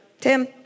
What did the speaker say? Tim